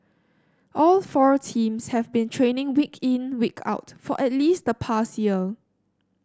all four teams have been training week in week out for at least the past year